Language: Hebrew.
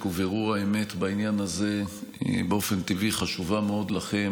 ובירור האמת בעניין הזה באופן טבעי חשובה מאוד לכם,